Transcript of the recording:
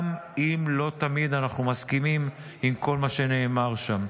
גם אם לא תמיד אנחנו מסכימים עם כל מה שנאמר שם.